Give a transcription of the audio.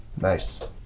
Nice